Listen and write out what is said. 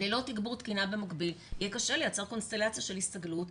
ללא תיגבור התקינה במקביל יהיה קשה לייצר קונסטלציה של הסתגלות,